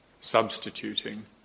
substituting